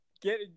get